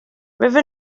river